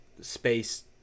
space